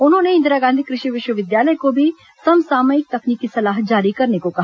उन्होंने इंदिरा गांधी कृषि विश्वविद्यालय को भी समसामयिक तकनीकी सलाह जारी करने को कहा